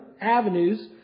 avenues